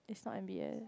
it's not m_b_s